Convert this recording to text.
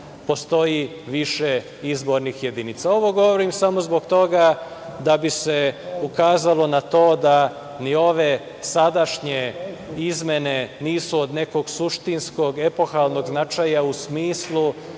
postoji više izbornih jedinca. Ovo govorim samo zbog toga da bi se ukazalo na to, da ni ove sadašnje izmene nisu od nekog suštinskog, epohalnog značaja u smislu